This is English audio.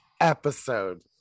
episode